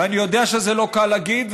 ואני יודע שזה לא קל להגיד,